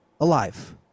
alive